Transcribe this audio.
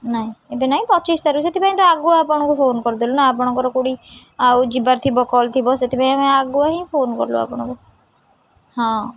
ନାଇଁ ଏବେ ନାଇଁ ପଚିଶି ତାରିଖ ସେଥିପାଇଁ ତ ଆଗୁଆ ଆପଣଙ୍କୁ ଫୋନ୍ କରିଦେଲି ନା ଆପଣଙ୍କର କେଉଁଠି ଆଉ ଯିବାର ଥିବ କଲ୍ ଥିବ ସେଥିପାଇଁ ଆମେ ଆଗୁଆ ହିଁ ଫୋନ୍ କଲୁ ଆପଣଙ୍କୁ ହଁ